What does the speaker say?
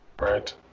Right